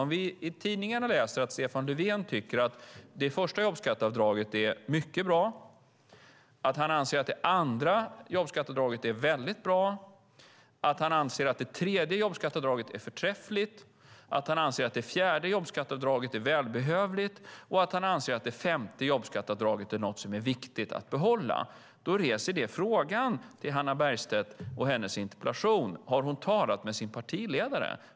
Om vi i tidningarna läser att Stefan Löfven tycker att det första jobbskatteavdraget är mycket bra, att det andra jobbskatteavdraget är väldigt bra, att det tredje jobbskatteavdraget är förträffligt, att det fjärde jobbskatteavdraget är välbehövligt och att det femte jobbskatteavdraget är viktigt att behålla, reser det frågan till Hannah Bergstedt med anledning av hennes interpellation: Har hon talat med sin partiledare?